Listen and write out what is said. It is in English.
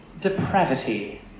Depravity